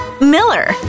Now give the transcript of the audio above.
Miller